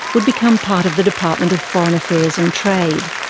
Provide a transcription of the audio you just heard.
would become part of the department of foreign affairs and trade.